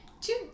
two